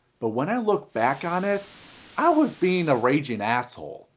but when i look back on it i was being a raging asshole.